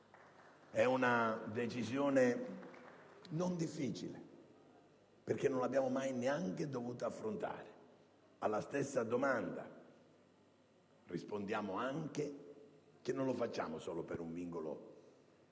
È una decisione non difficile, perché non l'abbiamo mai neanche dovuta affrontare. Alla stessa domanda, rispondiamo che non lo facciamo solo per un vincolo